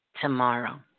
tomorrow